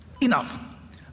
enough